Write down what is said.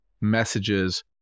messages